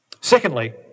Secondly